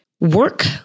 work